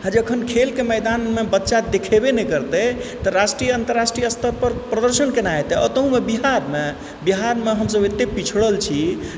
आ जखन खेलक मैदानमे बच्चा देखेबै नहि करतै तऽ राष्ट्रीय अन्तराष्ट्रीय स्तर पर प्रदर्शन केना हेतए आओर तहुँमे बिहारमे बिहारमे हमसभ एतेक पिछड़ल छी